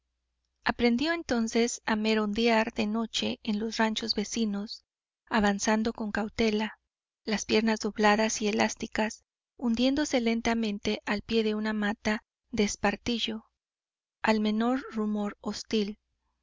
aprendió entonces a merodear de noche en los ranchos vecinos avanzando con cautela las piernas dobladas y elásticas hundiéndose lentamente al pie de una mata de espartillo al menor rumor hostil